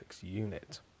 unit